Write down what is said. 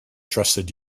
trusted